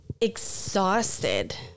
exhausted